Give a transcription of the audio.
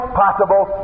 possible